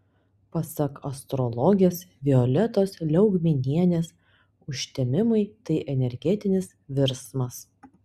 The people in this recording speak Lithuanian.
pasak astrologės violetos liaugminienės užtemimai tai energetinis virsmas